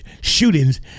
shootings